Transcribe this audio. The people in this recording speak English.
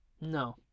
No